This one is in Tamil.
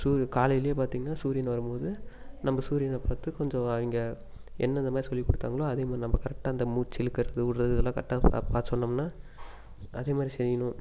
சூ காலைலேயே பார்த்தீங்கனா சூரியன் வரும் போது நம்ம சூரியனை பார்த்து கொஞ்சம் வ இங்கே என்ன அந்த மாதிரி சொல்லிக் கொடுத்தாங்களோ அதே மாதிரி நம்ம கரெட்டாக அந்த மூச்சு இழுக்கிறது விட்றது இதெல்லாம் கரெட்டாக நம்ம வாச் பண்ணிணோம்னா அதே மாதிரி செய்யணும்